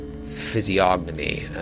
physiognomy